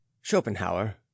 Schopenhauer